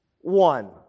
one